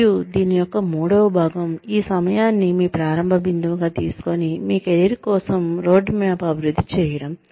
మరియు దీని యొక్క మూడవ భాగం ఈ సమయాన్ని మీ ప్రారంభ బిందువుగా తీసుకునీ మీ కెరీర్ కోసం రోడ్మ్యాప్ను అభివృద్ధి చేయడం